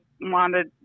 wanted